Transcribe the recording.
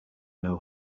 know